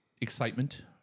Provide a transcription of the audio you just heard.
excitement